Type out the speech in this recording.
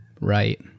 Right